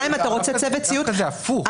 הפוך,